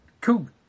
Cool